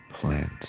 plants